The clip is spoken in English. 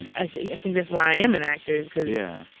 and i think i think that's why i am an actor is because. yeah.